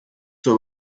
zur